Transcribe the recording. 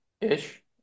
ish